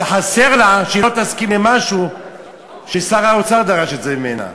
וחסר לה שהיא לא תסכים למשהו ששר האוצר דרש ממנה.